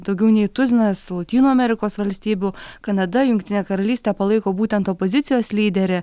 daugiau nei tuzinas lotynų amerikos valstybių kanada jungtinė karalystė palaiko būtent opozicijos lyderį